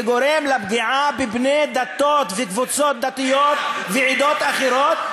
וגורם לפגיעה בבני דתות וקבוצות דתיות ועדות אחרות,